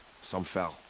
some fell.